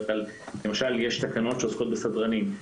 למשל, יש תקנות שעוסקות בסדרנים.